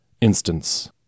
instance